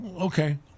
okay